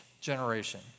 generation